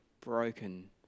broken